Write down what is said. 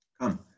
Come